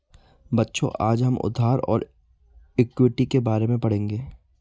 बच्चों आज हम उधार और इक्विटी के बारे में पढ़ेंगे